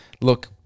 look